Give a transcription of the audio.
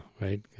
right